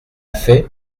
fait